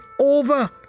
over